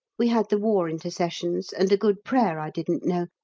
we had the war intercessions and a good prayer i didn't know,